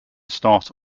start